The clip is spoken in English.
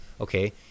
okay